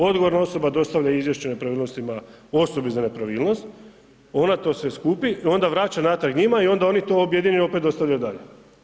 Odgovorna osoba dostavlja izvješće o nepravilnostima osobi za nepravilnost, ona to sve skupi i onda vraća natrag njima i onda oni to objedinjeno opet dostavljaju dalje.